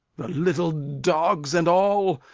the little dogs and all,